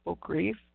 grief